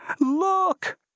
look